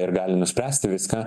ir gali nuspręsti viską